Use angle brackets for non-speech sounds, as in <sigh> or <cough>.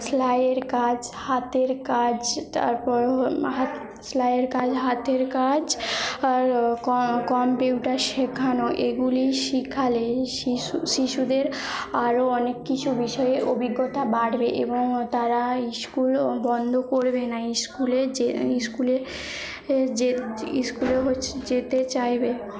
সেলাইয়ের কাজ হাতের কাজ তারপর সেলাইয়ের কাজ হাতের কাজ আর কম্পিউটার শেখানো এইগুলি শিখালে শিশু শিশুদের আরও অনেক কিছু বিষয়ে অভিজ্ঞতা বাড়বে এবং তারা ইস্কুল বন্ধ করবে না স্কুলে যে ইস্কুলে যে <unintelligible> ইস্কুলে হচ্ছে যেতে চাইবে